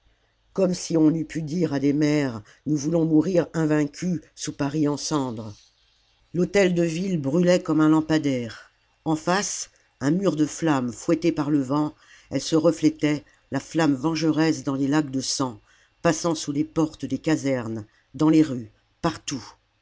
comme si on eût pu dire à des mères nous voulons mourir invaincus sous paris en cendres l'hôtel-de-ville brûlait comme un lampadaire en face un mur de flammes fouettées par le vent elle se reflétait la flamme vengeresse dans les lacs de sang passant sous les portes des casernes dans les rues partout